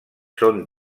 són